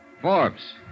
Forbes